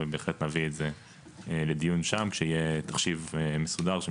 ובהחלט נביא את זה לדיון שם כשיהיה תחשיב מסודר.